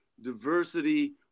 Diversity